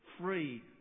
free